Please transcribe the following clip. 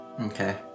Okay